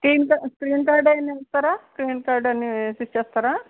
screen screen guard అయినా ఇస్తారా screen guard అన్నీ వేసిస్తారా